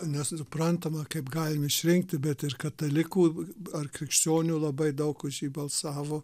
nesuprantama kaip galim išrinkti bet ir katalikų ar krikščionių labai daug už jį balsavo